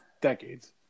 decades